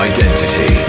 Identity